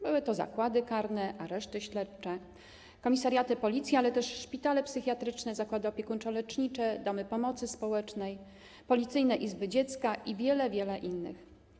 Były to zakłady karne, areszty śledcze, komisariaty Policji, ale też szpitale psychiatryczne, zakłady opiekuńczo-lecznicze, domy pomocy społecznej, policyjne izby dziecka i wiele, wiele innych.